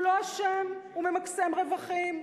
הוא לא אשם, הוא ממקסם רווחים.